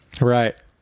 Right